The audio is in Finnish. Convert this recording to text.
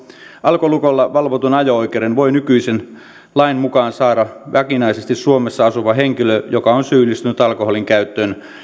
alkolukolla valvotun ajo oikeuden voi nykyisen lain mukaan saada vakinaisesti suomessa asuva henkilö joka on syyllistynyt alkoholin käyttöön